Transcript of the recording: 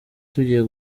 tugiye